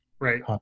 Right